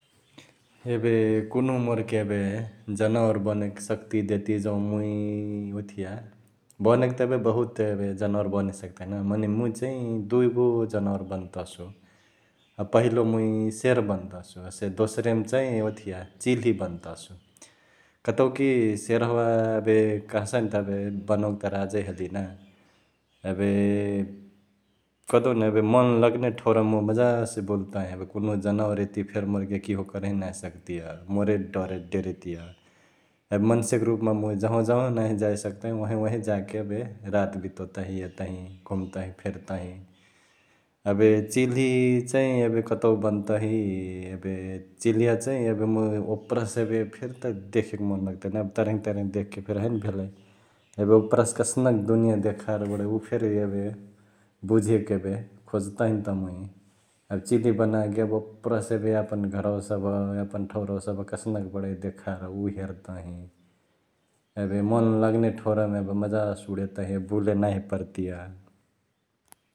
एबे कुन्हु मोरके एबे जनावर बनेके सक्ती देतिय जौं मुइ ओथिया बनेके त एबे बहुत एबे जनावर बने सक्तही ना मने मुइ चैं दुइगो जनावर बनतसु । अ पहिलो मुइ शेर बनतसु हसे दोसरे मा चैं ओथिया चिल्ही बन्तसु कतौकी शेरहवा एबे कहसै ना त एबे बनवा त राजा इ हलिअ ना एबे कहदेउन एबे मन लागने ठाउँरावामा मुइ मजासे बुल्तही एबे कुन्हु जनावर यतिय फेरी मोरके किहो करही नाँ सक्तिय ,मोरे डरे डेरेतिय एबे मन्से क रूपमा जहवा जहवा नांही जाए सक्तही ओंहई ओंहई जाके एबे रात बितोतहिं, एतहिं घुम्तही फिर्तही । एबे चिल्ही चैं एबे कतौ बनतही एबे चिल्हिया चैं एबे मुइ ओपरसे एबे फेरी त देहेके मन लगतई ना, तरही तरही देख्के फेरी हैने भेलई । एबे ओपरसे कसनक दुनिया देखार बडै उ फेरी एबे बुझेके खोजतहिं त मुइ । एबे चिल्ही बनाके एबे ओपरसे एबे यापन घरवा सभ यापन ठौरवा सभ कसनक बडै देखार, उ हेरतहिं । एबे मन लगने ठौरावामा मजासे उडेतही एबे बुले नाँही परतिय ।